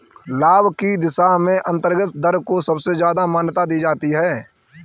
लाभ की दशा में आन्तरिक दर को सबसे ज्यादा मान्यता दी जाती है